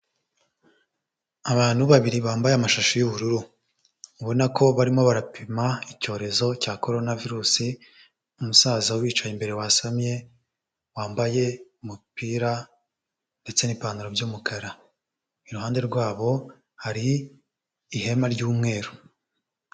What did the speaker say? Abantu babiri bambaye amashashi y'ubururu, ubona ko barimo barapima icyorezo cya Corona virusi, umusaza ubicaye imbere wasamye, wambaye umupira ndetse n'ipantaro by'umukara, iruhande rwabo hari ihema ry'umweru.